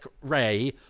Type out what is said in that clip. Ray